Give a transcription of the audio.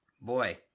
Boy